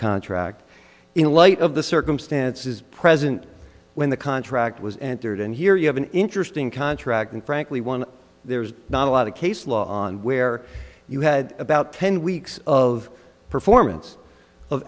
contract in light of the circumstances present when the contract was entered and here you have an interesting contract and frankly one there's not a lot of case law on where you had about ten weeks of performance of